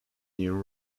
near